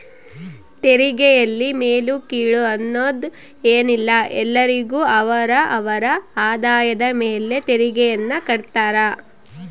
ತೆರಿಗೆಯಲ್ಲಿ ಮೇಲು ಕೀಳು ಅನ್ನೋದ್ ಏನಿಲ್ಲ ಎಲ್ಲರಿಗು ಅವರ ಅವರ ಆದಾಯದ ಮೇಲೆ ತೆರಿಗೆಯನ್ನ ಕಡ್ತಾರ